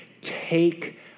take